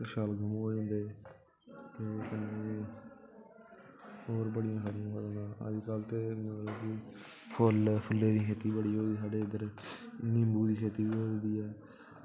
शलगम होई जंदे ते कन्नै ते होर बड़ियां सारियां अजकल्ल ते फुल्ल फुल्लै दी खेती बड़ी होई साढ़े इद्धर इन्नी खेती होई दी ऐ